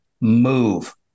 Move